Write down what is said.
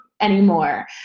anymore